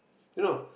you know